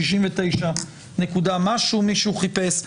69 מישהו חיפש.